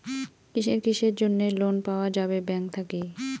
কিসের কিসের জন্যে লোন পাওয়া যাবে ব্যাংক থাকি?